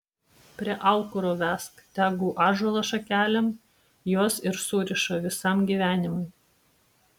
prie aukuro vesk tegu ąžuolo šakelėm juos ir suriša visam gyvenimui